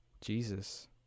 Jesus